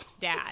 dad